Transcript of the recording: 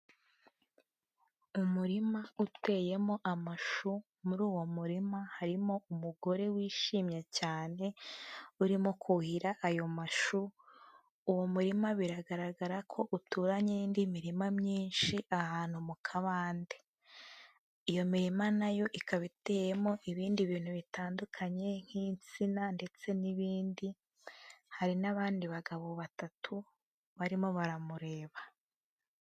Umurima uteyemo amashu, muri uwo murima harimo umugore wishimye cyane, urimo kuhira ayo mashu, uwo murima biragaragara ko uturanye'indi mirima myinshi ahantu mu kabande, iyo mirima nayo ikaba iteyemo ibindi bintu bitandukanye nk'insina ndetse n'ibindi, hari n'abandi bagabo batatu barimo baramureba.